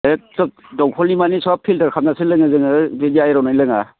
एथ' दंखलनि माने सब फिल्टार खालामनानैसो लोङो बिदि आइरनै लोङा